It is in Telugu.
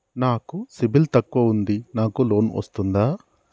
నాకు సిబిల్ తక్కువ ఉంది నాకు లోన్ వస్తుందా?